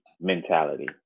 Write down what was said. mentality